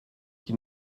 qui